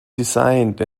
designed